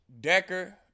Decker